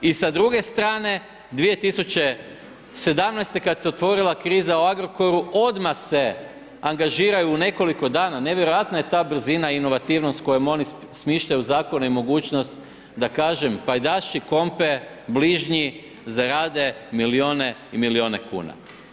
I sa druge strane 2017. kada se otvorila kriza o Agrokoru, odmah se angažiraju u nekoliko dana, nevjerojatna je ta brzina, inovativnost, kojom oni smišljaju zakone i mogućnost, da kažem, pajdaši, kompe, bližnji, zarade milijune i milijune kuna.